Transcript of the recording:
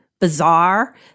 bizarre